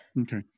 okay